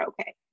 okay